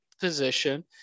position